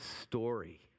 story